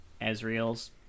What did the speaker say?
Ezreal's